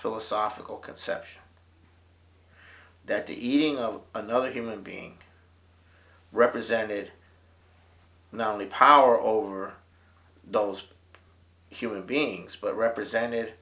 philosophical conception that the eating of another human being represented not only power over those human beings but represented